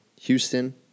Houston